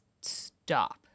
stop